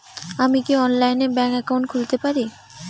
আমি কি অনলাইনে ব্যাংক একাউন্ট খুলতে পারি?